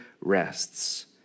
rests